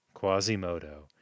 Quasimodo